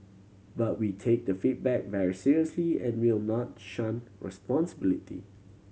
but we take the feedback very seriously and we will not shun responsibility